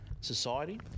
society